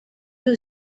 who